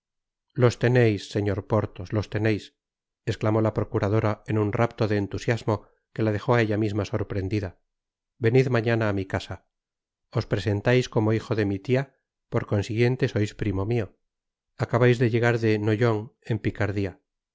los teneis señor porthos los teneis esclamó la procuradora en un rapto de entusiasmo que la dejó á ella misma sorprendida venid mañana á mi casa os presentais como hijo de mi tia por consiguiente sois primo mio acabais de llegar de noyon en picardia